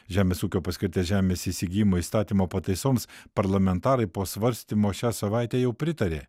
žemės ūkio paskirties žemės įsigijimo įstatymo pataisoms parlamentarai po svarstymo šią savaitę jau pritarė